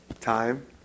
Time